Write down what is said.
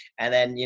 and then, you